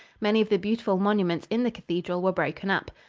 many of the beautiful monuments in the cathedral were broken up.